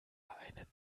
einen